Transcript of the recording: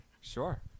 sure